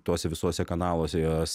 tuose visuose kanaluose jos